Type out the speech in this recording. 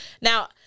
Now